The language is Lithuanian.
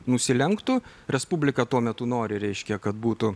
nusilenktų respublika tuo metu nori reiškia kad būtų